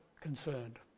concerned